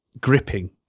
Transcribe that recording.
gripping